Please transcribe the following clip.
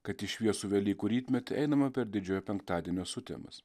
kad į šviesų velykų rytmetį einama per didžiojo penktadienio sutemas